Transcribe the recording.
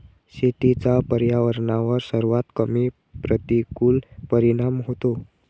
शेतीचा पर्यावरणावर सर्वात कमी प्रतिकूल परिणाम होतो